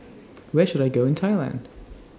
Where should I Go in Thailand